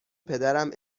پدرم